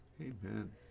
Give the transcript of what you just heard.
Amen